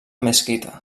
mesquita